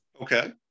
Okay